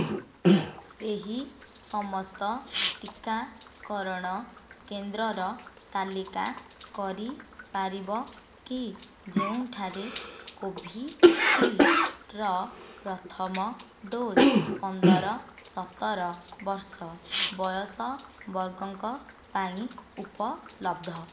ସେହି ସମସ୍ତ ଟିକାକରଣ କେନ୍ଦ୍ରର ତାଲିକା କରିପାରିବ କି ଯେଉଁଠାରେ କୋଭିଶିଲ୍ଡ୍ର ପ୍ରଥମ ଡୋଜ୍ ପନ୍ଦର ସତର ବର୍ଷ ବୟସ ବର୍ଗଙ୍କ ପାଇଁ ଉପଲବ୍ଧ